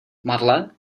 marle